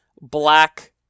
black